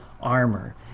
armor